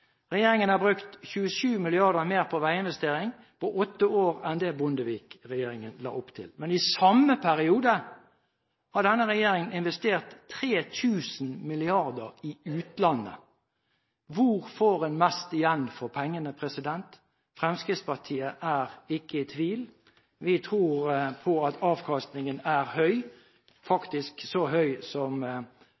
Regjeringen har brukt 27 mrd. kr mer på veiinvestering på åtte år enn det Bondevik-regjeringen la opp til. Men i samme periode har denne regjeringen investert 3 000 mrd. kr i utlandet. Hvor får en mest igjen for pengene? Fremskrittspartiet er ikke i tvil. Vi tror på at avkastingen er høy,